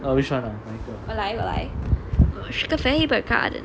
uh which one ah 哪一个